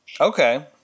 Okay